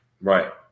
Right